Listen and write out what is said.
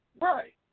Right